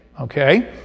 okay